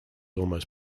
almost